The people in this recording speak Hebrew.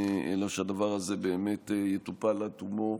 אלא שהדבר הזה באמת יטופל עד תומו,